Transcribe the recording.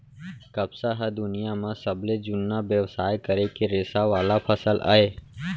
कपसा ह दुनियां म सबले जुन्ना बेवसाय करे के रेसा वाला फसल अय